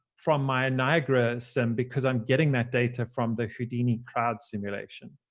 from my niagara sim, because i'm getting that data from the houdini crowd simulation.